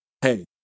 Hey